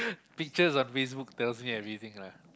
pictures on Facebook tells me everything lah